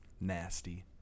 nasty